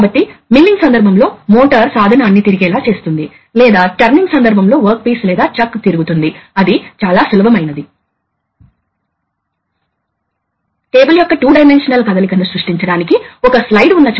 కాబట్టి మీరు దీనిని చూడవచ్చు ఇది నడపబడుతున్న ఒక యాక్యుయేటర్ కాబట్టి ఏమి జరుగుతుంది అంటే గాలి ప్రవహిస్తుంది ఇది DCV కాబట్టి దీనిలోకి గాలి ప్రవహిస్తుంది